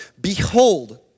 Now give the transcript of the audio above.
behold